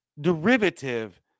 derivative